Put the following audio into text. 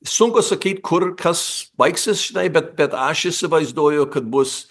sunku sakyt kur kas baigsis žinai bet bet aš įsivaizduoju kad bus